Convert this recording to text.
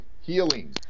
healing